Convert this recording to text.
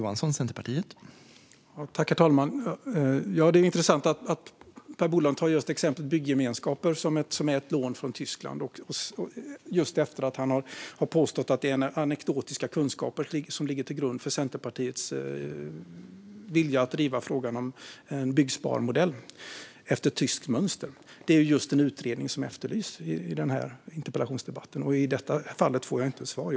Herr talman! Det är intressant att Per Bolund tar just exemplet bygggemenskaper, som är ett lån från Tyskland, efter att han har påstått att det är anekdotiska kunskaper som ligger till grund för Centerpartiets vilja att driva frågan om en byggsparmodell efter tyskt mönster. Det är just en utredning som jag efterlyser i den här interpellationsdebatten, och i detta fall får jag inte ett svar.